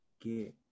get